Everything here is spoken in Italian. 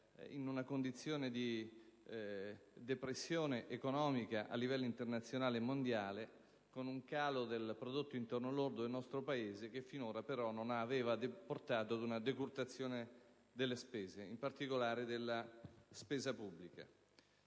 in una condizione di depressione economica a livello internazionale e mondiale, con un calo del prodotto interno lordo del nostro Paese che finora però non aveva portato ad una decurtazione delle spese, in particolare della spesa pubblica.